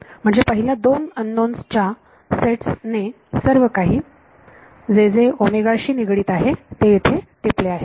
म्हणजे पहिल्या दोन अंनोन्स च्या सेट ने सर्व काही जे जे शी निगडीत आहे ते येथे टिपले आहे